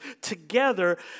together